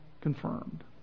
confirmed